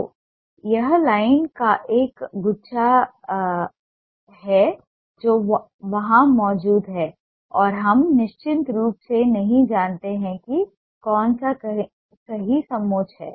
तो यह लाइन का एक गुच्छा है जो वहां मौजूद है और हम निश्चित रूप से नहीं जानते हैं कि कौन सा सही समोच्च है